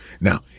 Now